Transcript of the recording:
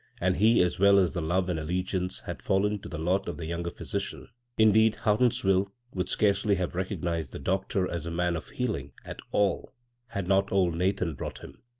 and he, as well as the love and allegiance, had fallen to the lot of the younger physician in deed, houghtonsviile would scarcely have recognized the doctor as a man of healing at all had not old nathan brought him.